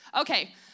okay